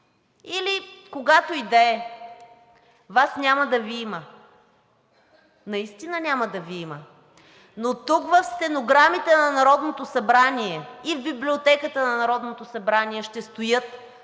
или когато и да е, Вас няма да Ви има, наистина няма да Ви има, но тук в стенограмите на Народното събрание и в Библиотеката на Народното събрание ще стоят